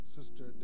Sister